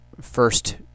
first